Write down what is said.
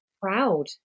proud